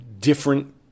different